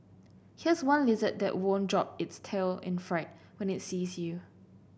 here's one lizard that won't drop its tail in fright when it sees you